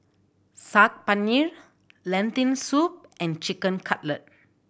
Saag Paneer Lentil Soup and Chicken Cutlet